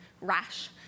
rash